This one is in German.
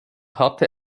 hatte